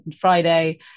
Friday